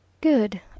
Good